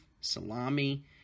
salami